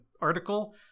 article